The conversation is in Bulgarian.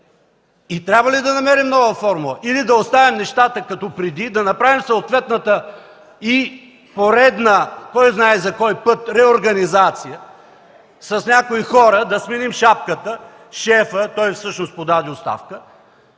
Трябва ли да намерим нова формула, или да оставим нещата, както преди? Да направим съответната и поредна, кой знае за кой път, реорганизация – с някои хора, да сменим шапката, шефа, който всъщност подаде оставка.